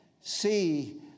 see